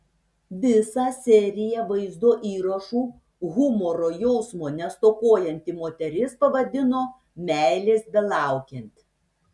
visą seriją vaizdo įrašų humoro jausmo nestokojanti moteris pavadino meilės belaukiant